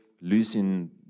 losing